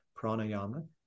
pranayama